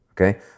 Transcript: okay